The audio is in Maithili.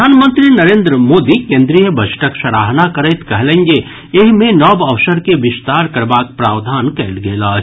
प्रधानमंत्री नरेन्द्र मोदी केन्द्रीय बजटक सराहना करैत कहलनि जे एहि मे नव अवसर के विस्तार करबाक प्रावधान कयल गेल अछि